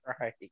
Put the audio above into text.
Right